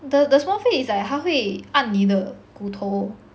the the small face is like 他会按你的骨头